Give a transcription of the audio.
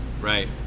Right